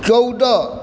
चौदह